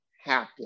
happen